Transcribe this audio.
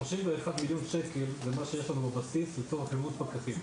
31 מיליון שקל זה מה שיש לנו בבסיס לצורך --- פקחים,